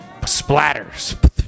splatters